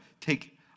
take